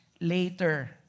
later